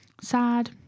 Sad